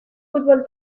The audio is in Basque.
futbol